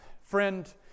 friend